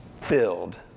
filled